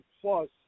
plus